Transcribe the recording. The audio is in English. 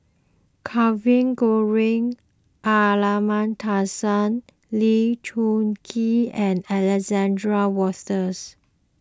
Kavignareru Amallathasan Lee Choon Kee and Alexander Wolters